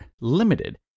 limited